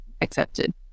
accepted